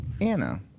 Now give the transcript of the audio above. Anna